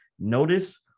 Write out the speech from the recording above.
Notice